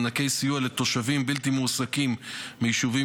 מענקי סיוע לתושבים בלתי מועסקים מיישובים